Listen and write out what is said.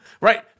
Right